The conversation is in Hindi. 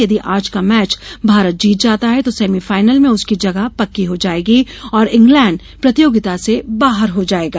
यदि आज का मैच भारत जीत जाता है तो सेमी फाइनल में उसकी जगह पक्की हो जाएगी और इंग्लैंड प्रतियोगिता से बाहर हो जाएगा